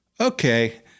okay